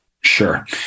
sure